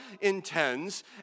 intends